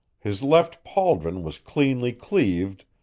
his left pauldron was cleanly cleaved,